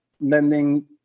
lending